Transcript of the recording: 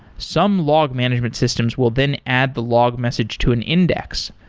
some log management systems will then add the log message to an index.